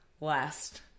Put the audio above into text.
last